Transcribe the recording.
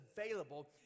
available